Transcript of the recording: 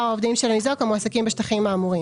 העובדים של הניזוק המועסקים בשטחים האמורים,